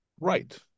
right